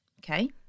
Okay